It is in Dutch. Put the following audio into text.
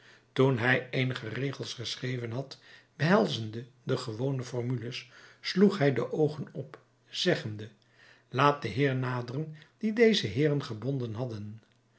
toen hij eenige regels geschreven had behelzende de gewone formules sloeg hij de oogen op zeggende laat de heer naderen dien deze heeren gebonden hadden